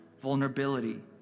vulnerability